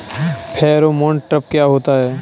Pheromone trap क्या होता है?